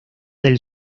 del